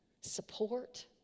support